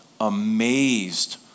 amazed